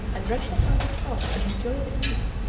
and rested on the spot to enjoy the view.